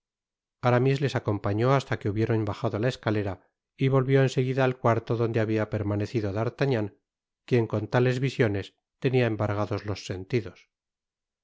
aramis les acompañó basta que hubieron bajado la escalera y volvió en seguida al cuarto donde habia permanecido d'artagnan quien con tales visiones tenia embargados los sentidos